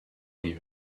you